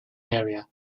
area